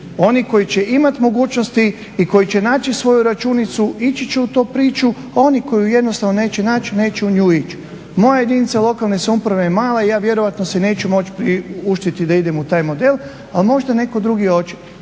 oni koji će imati mogućnosti i koji će naći svoju računicu ići će u tu priču, a oni koji ju jednostavno neće naći neće u nju ići. Moja jedinica lokalne samouprave je mala i ja vjerojatno si neću moći priuštiti da idem u taj model, a možda netko drugi hoće.